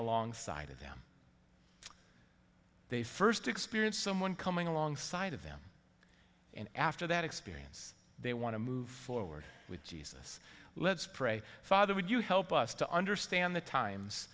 alongside of them they first experience someone coming alongside of them and after that experience they want to move forward with jesus let's pray father would you help us to understand the times